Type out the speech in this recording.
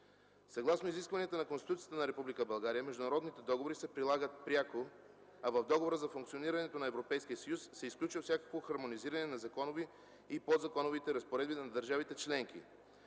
Съгласно изискванията на Конституцията на Република България международните договори се прилагат пряко, а в Договора за функционирането на Европейския съюз се изключва всякакво хармонизиране на законови и подзаконови разпоредби на държавите членки.